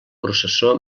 processó